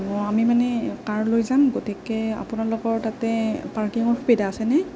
অঁ আমি মানে কাৰ লৈ যাম গতিকে আপোনালোকৰ তাতে পাৰ্কিংৰ সুবিধা আছেনে